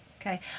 Okay